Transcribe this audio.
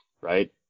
right